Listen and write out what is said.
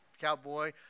cowboy